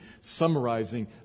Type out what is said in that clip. summarizing